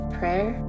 prayer